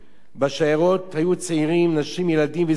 בשיירות היו צעירים, נשים, ילדים וזקנים,